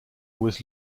was